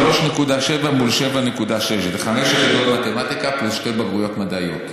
3.7% מול 7.6% בחמש יחידות מתמטיקה פלוס שתי בגרויות מדעיות.